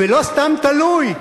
ולא סתם תלוי,